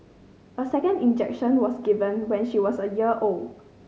a second injection was given when she was a year old